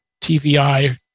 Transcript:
TVI